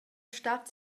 stat